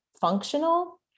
functional